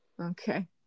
okay